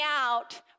out